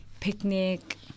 Picnic